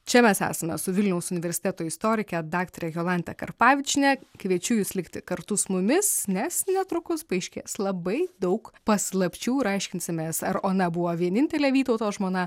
čia mes esame su vilniaus universiteto istorikė daktare jolanta karpavičiene kviečiu jus likti kartu su mumis nes netrukus paaiškės labai daug paslapčių ir aiškinsimės ar ona buvo vienintelė vytauto žmona